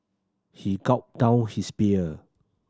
he gulped down his beer